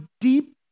deep